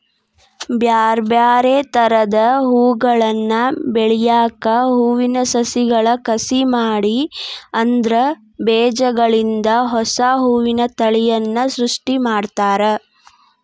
ಬ್ಯಾರ್ಬ್ಯಾರೇ ತರದ ಹೂಗಳನ್ನ ಬೆಳ್ಯಾಕ ಹೂವಿನ ಸಸಿಗಳ ಕಸಿ ಮಾಡಿ ಅದ್ರ ಬೇಜಗಳಿಂದ ಹೊಸಾ ಹೂವಿನ ತಳಿಯನ್ನ ಸೃಷ್ಟಿ ಮಾಡ್ತಾರ